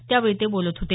त्यावेळी ते बोलत होते